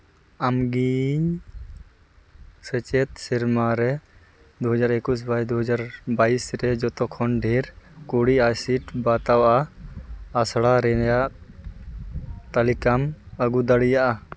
ᱟᱢᱜᱮ ᱥᱮᱪᱮᱫ ᱥᱮᱨᱢᱟ ᱨᱮ ᱫᱩ ᱦᱟᱡᱟᱨ ᱮᱠᱩᱥ ᱠᱷᱚᱡ ᱫᱩ ᱦᱟᱡᱟᱨ ᱵᱟᱭᱤᱥ ᱨᱮ ᱡᱚᱛᱚ ᱠᱷᱚᱱ ᱰᱷᱮᱨ ᱠᱩᱲᱤ ᱟᱭ ᱥᱤᱴ ᱵᱟᱛᱟᱣᱟ ᱟᱥᱲᱟ ᱨᱮᱭᱟᱜ ᱛᱟᱹᱞᱤᱠᱟᱢ ᱟᱹᱜᱩ ᱫᱟᱲᱮᱭᱟᱜᱼᱟ